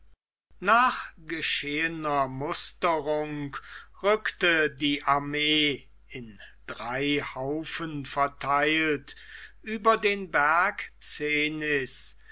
nach geschehener musterung rückte die armee in drei haufen vertheilt über den berg